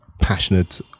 passionate